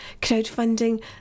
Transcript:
crowdfunding